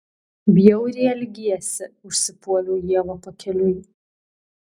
bjauriai elgiesi užsipuoliau ievą pakeliui